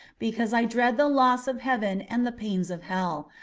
because i dread the loss of heaven and the pains of hell,